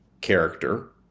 character